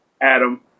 Adam